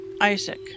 Isaac